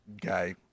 guy